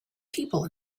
people